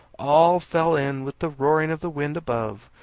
all fell in with the roaring of the wind above,